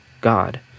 God